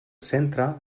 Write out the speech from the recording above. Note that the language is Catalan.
centre